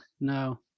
No